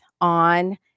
on